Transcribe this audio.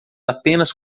apenas